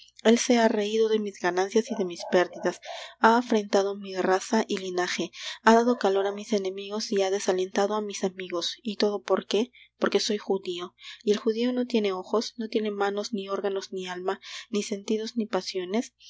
él se ha reido de mis ganancias y de mis pérdidas ha afrentado mi raza y linaje ha dado calor á mis enemigos y ha desalentado á mis amigos y todo por qué por que soy judío y el judío no tiene ojos no tiene manos ni órganos ni alma ni sentidos ni pasiones